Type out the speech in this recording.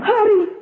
Hurry